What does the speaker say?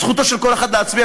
זכותו של כל אחד להצביע,